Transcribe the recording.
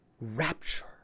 rapture